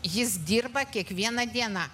jis dirba kiekviena diena